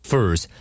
First